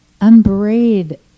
unbraid